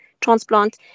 transplant